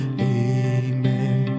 amen